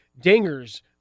dingers